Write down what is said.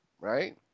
Right